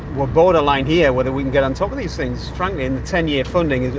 we're borderline here whether we can get on top of these things. frankly, the ten-year funding